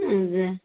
ଆଜ୍ଞା